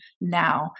now